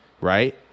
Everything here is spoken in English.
right